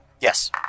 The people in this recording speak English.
Yes